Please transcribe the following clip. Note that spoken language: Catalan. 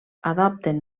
adopten